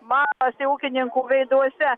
matosi ūkininkų veiduose